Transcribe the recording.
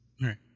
Right